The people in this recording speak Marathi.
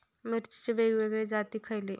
मिरचीचे वेगवेगळे जाती खयले?